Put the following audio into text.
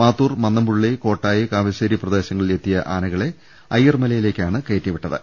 മാത്തൂർ മന്നംപുള്ളി കോട്ടായി കാവശ്ശേരി പ്രദേശങ്ങളിൽ എത്തിയ ആനകളെ അയ്യർ മുലയിലേക്കാണ് കയറ്റിവിട്ടത്